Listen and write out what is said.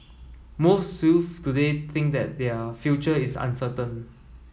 most youths today think that their future is uncertain